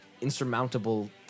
insurmountable